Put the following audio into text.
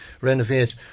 renovate